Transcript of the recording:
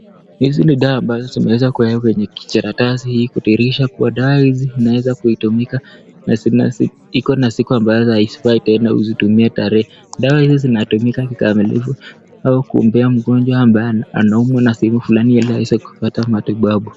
hizi ni dawa ambazo zimeweza kuwekwa kwenye karatasi kwa dirisha kua dawa hizi zinaweza kuitumika ...siku mbazo hazifai tena huzitumie tarehe. Dawa hizi zinatuka kikamilifu au kuombea mgonjwa ambaye anaumwa na sehemu fulani ili aweze kupata matibabu